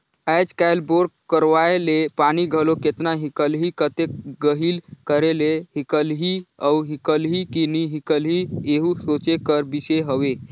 आएज काएल बोर करवाए ले पानी घलो केतना हिकलही, कतेक गहिल करे ले हिकलही अउ हिकलही कि नी हिकलही एहू सोचे कर बिसे हवे